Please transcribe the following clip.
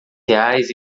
reais